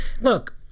look